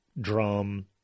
drum